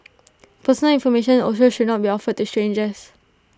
personal information also should not be offered to strangers